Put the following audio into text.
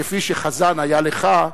שכפי שחזן היה לך,